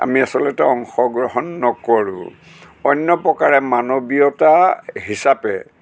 আমি আচলতে অংশগ্ৰহণ নকৰোঁ অন্য প্ৰকাৰে মানৱীয়তা হিচাপে